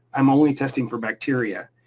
i'm only testing for bacteria,